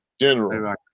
General